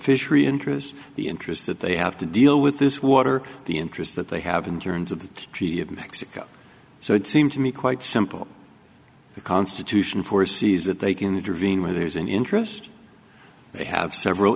beneficiary interest the interest that they have to deal with this water the interest that they have in terms of the treaty of mexico so it seemed to me quite simple the constitution foresees that they can intervene where there's an interest they have several